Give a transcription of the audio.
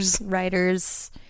Writers